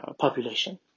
population